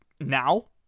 now